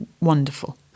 wonderful